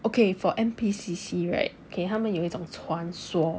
okay for N_P_C_C right okay 他们有一种传说